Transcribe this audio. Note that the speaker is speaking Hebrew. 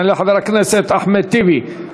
יעלה חבר הכנסת אחמד טיבי.